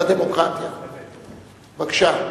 בבקשה.